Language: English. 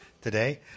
today